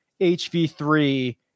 HV3